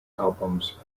albums